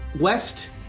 West